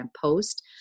post